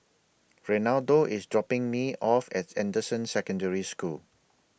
Reinaldo IS dropping Me off At Anderson Secondary School